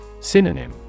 Synonym